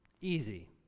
easy